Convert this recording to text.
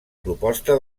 proposta